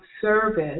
service